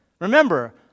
Remember